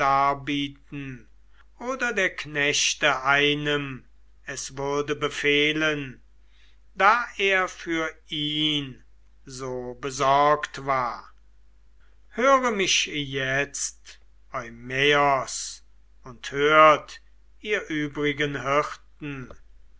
oder der knechte einem es würde befehlen da er für ihn so besorgt war höre mich jetzt eumaios und hört ihr übrigen hirten